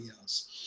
else